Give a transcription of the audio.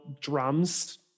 drums